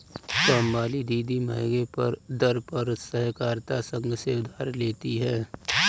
कामवाली दीदी महंगे दर पर सहकारिता संघ से उधार लेती है